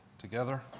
together